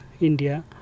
India